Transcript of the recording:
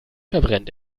verbrennt